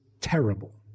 terrible